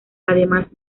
además